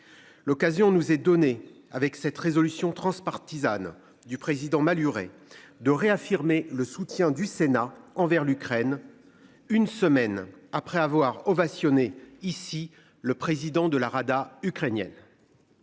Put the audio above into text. L'occasion nous est donnée avec cette résolution transpartisane du président Maluret de réaffirmer le soutien du Sénat envers l'Ukraine. Une semaine après avoir ovationné ici. Le président de la Rada ukrainienne.